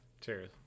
Cheers